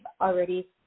already